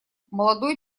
молодой